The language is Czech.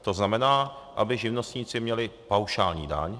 To znamená, aby živnostníci měli paušální daň.